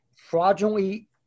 Fraudulently